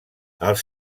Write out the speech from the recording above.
els